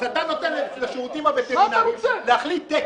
אז אתה נותן לשירותים הווטרינרים להחליט על תקן,